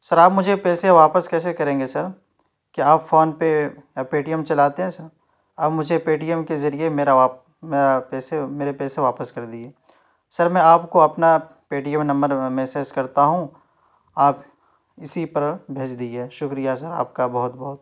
سر آپ مجھے پیسے واپس کیسے کریں گے سر کیا آپ فون پے پے ٹی ایم چلاتے ہیں سر آپ مجھے پے ٹی ایم کے ذریعے میرا پیسے مرے پیسے واپس کر دیجیے سر میں آپ کو اپنا Paytm number message کرتا ہوں آپ اسی پر بھیج دیجیے شکریہ سر آپ کا بہت بہت